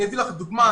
לדוגמה,